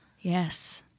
Yes